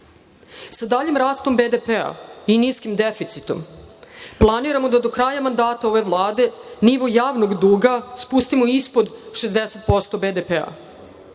daljim rastom BDP-a i niskim deficitom planiramo da do kraja mandata ove Vlade nivo javnog duga spustimo ispod 60% BDP-a. Ovo